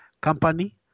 company